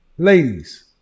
Ladies